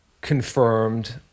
confirmed